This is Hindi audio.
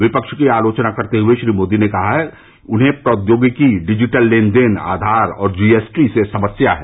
विपक्ष की आलोचना करते हुए श्री मोदी ने कहा कि उन्हें प्रौद्योगिकी डिजिटल लेनदेन आधार और जीएसटी से समस्या है